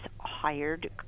hired